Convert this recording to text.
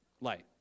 light